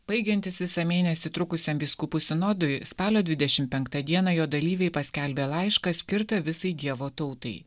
baigiantis visą mėnesį trukusiam vyskupų sinodui spalio dvidešim penktą dieną jo dalyviai paskelbė laišką skirtą visai dievo tautai